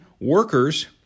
workers